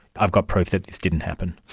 i've got proof that this didn't happen'.